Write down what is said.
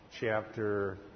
chapter